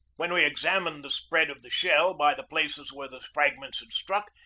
when we examined the spread of the shell by the places where the fragments had struck,